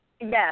Yes